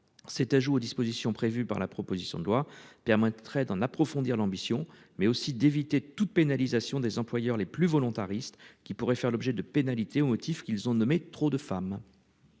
cet ajout aux dispositions prévues par la proposition de loi puis moins très d'en approfondir l'ambition mais aussi d'éviter toute pénalisation des employeurs les plus volontariste qui pourrait faire l'objet de pénalité au motif qu'ils ont nommé trop de femmes.